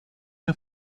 der